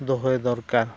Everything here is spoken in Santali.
ᱫᱚᱦᱚᱭ ᱫᱚᱨᱠᱟᱨ